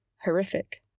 horrific